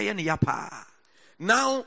Now